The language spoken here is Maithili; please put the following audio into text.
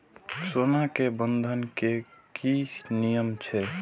सोना के बंधन के कि नियम छै?